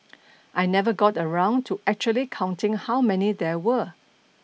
I never got around to actually counting how many there were